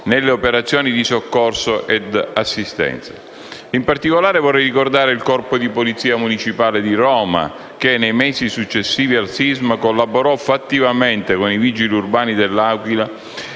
nelle operazioni di soccorso e assistenza. In particolare, vorrei ricordare il Corpo di polizia municipale di Roma che, nei mesi successivi al sisma, collaborò fattivamente con i Vigili urbani dell'Aquila